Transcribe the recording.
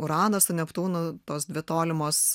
uranas su neptūnu tos dvi tolimos